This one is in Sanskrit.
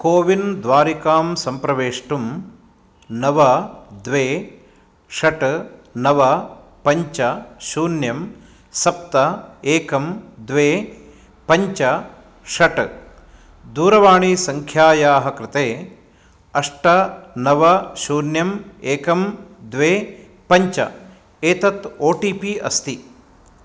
कोविन् द्वारिकां सम्प्रवेष्टुं नव द्वे षट् नव पञ्च शून्यं सप्त एकं द्वे पञ्च षट् दूरवाणीसङ्ख्यायाः कृते अष्ट नव शून्यम् एकं द्वे पञ्च एतत् ओ टि पि अस्ति